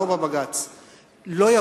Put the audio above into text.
לא בבג"ץ,